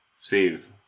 save